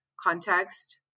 context